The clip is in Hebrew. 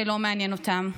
הם לא מעניינים אותם.